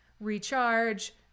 recharge